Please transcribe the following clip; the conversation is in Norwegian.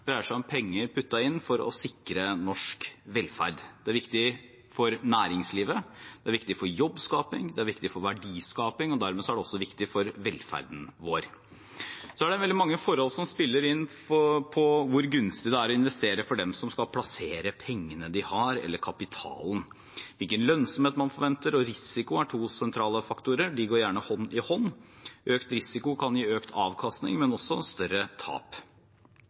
om penger puttet inn for å sikre norsk velferd. Det er viktig for næringslivet, for jobbskaping og for verdiskaping, og dermed også viktig for velferden vår. Veldig mange forhold spiller inn på hvor gunstig det er å investere for dem som skal plassere pengene de har, eller kapitalen. Hvilken lønnsomhet man forventer og risiko man tar, er to sentrale faktorer, og de går gjerne hånd i hånd. Økt risiko kan gi økt avkastning, men også større tap.